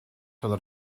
oedd